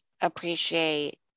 appreciate